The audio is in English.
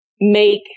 make